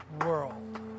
world